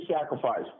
sacrifice